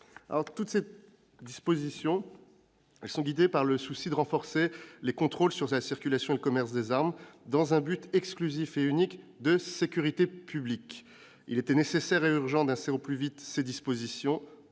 Toutes ces dispositions sont guidées par le souci de renforcer les contrôles sur la circulation et le commerce des armes, dans un but exclusif de sécurité publique. Il était nécessaire et urgent d'inscrire au plus vite ces dispositions